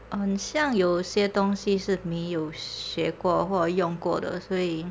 很想有些东西是没有学过或用过的所以